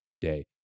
day